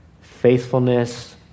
faithfulness